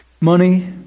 Money